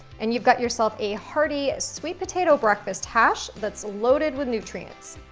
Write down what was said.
and you've got yourself a hearty sweet potato breakfast hash that's loaded with nutrients.